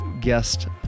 guest